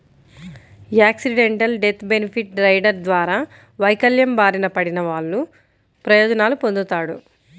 accidental death benefit rider ద్వారా వైకల్యం బారిన పడినవాళ్ళు ప్రయోజనాలు పొందుతాడు